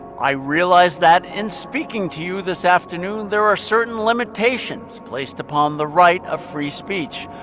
i realize that, in speaking to you this afternoon, there are certain limitations placed upon the right of free speech.